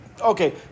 okay